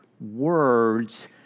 Words